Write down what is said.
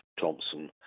Thompson